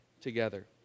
together